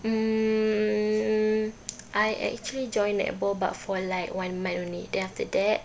mm I actually joined netball but for like one month only then after that